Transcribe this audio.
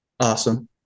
Awesome